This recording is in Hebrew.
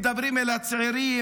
מדברים אל הצעירים,